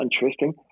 interesting